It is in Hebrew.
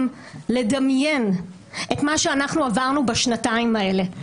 לדמיין את מה שאנחנו עברנו בשנתיים האלה.